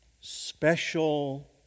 special